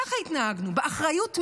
ככה התנהגנו, באחריות מלאה,